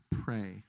pray